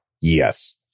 Yes